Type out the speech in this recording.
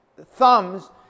thumbs